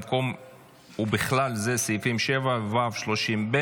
במקום 'ובכלל זה סעיפים 7 ו-30(ב)',